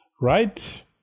right